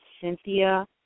Cynthia